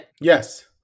Yes